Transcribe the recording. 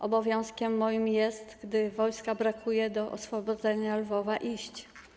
Obowiązkiem moim jest, gdy wojska brakuje do oswobodzenia Lwowa, iść.